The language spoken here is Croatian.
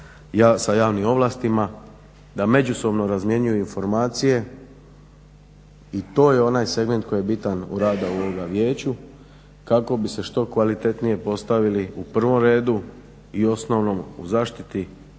sa javnim ovlastima, da međusobno razmjenjuju informacije i to je onaj segment koji je bitan u radu ovog vijeća kako bi se što kvalitetnije postavili u prvom redu i osnovnom u zaštiti